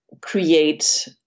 create